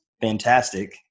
fantastic